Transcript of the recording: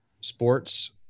sports